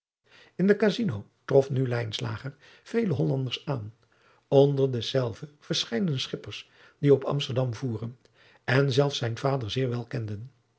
in de casino trof nu lijnslager vele hollanders aan onder dezelve verscheiden schippers die op amsterdam voeren en zelfs zijn vader zeer wel kenden